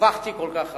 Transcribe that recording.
הרווחתי כל כך הרבה.